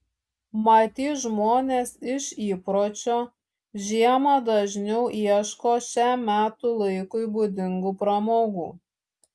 matyt žmonės iš įpročio žiemą dažniau ieško šiam metų laikui būdingų pramogų